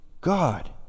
God